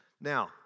Now